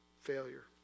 failure